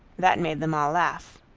that made them all laugh.